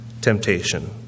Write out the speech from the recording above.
temptation